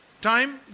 Time